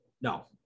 no